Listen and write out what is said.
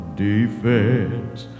defense